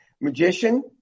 magician